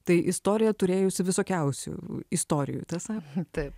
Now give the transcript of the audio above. tai istorija turėjusi visokiausių istorijų tiesa taip